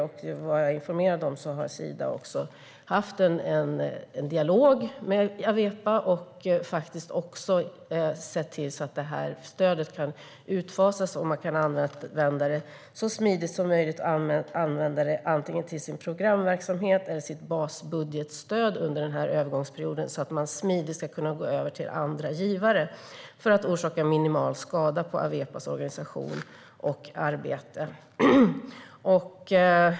Vad jag är informerad om har Sida haft en dialog med Awepa och sett till så att stödet kan utfasas och användas så smidigt som möjligt för programverksamhet eller för basbudgetstöd under övergångsperioden för att kunna gå över till andra givare. På så sätt orsakas minimal skada på Awepas organisation och arbete.